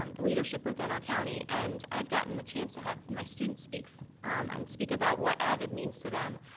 um the leadership within our county, and i've gotten the chance to have my students speak and speak about what avid means to them.